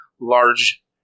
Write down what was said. large